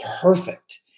perfect